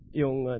yung